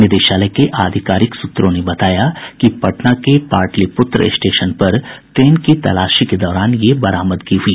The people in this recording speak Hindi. निदेशालय के आधिकारिक सूत्रों ने बताया कि पटना के पाटलिपुत्र स्टेशन पर ट्रेन की तलाशी के दौरान ये बरामदगी हुई